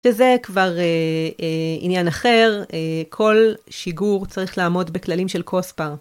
וזה כבר עניין אחר, כל שיגור צריך לעמוד בכללים של כוספר.